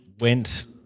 went –